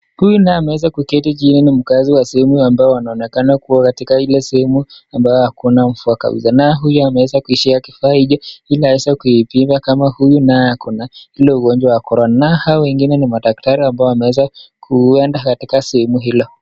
Huyu naye ameweza kuketi chini ni mkaazi wa sehemu ambayo anaonekana kuwa katika ile sehemu ambayo hakuna mvua kabisa. Naye huyu ameweza kushika kifaa hiki ili aweze kupima kama huyu naye ako na ugonjwa wa korona. Nao hao wengine ni madaktari ambao wameweza kuenda katika sehemu hilo.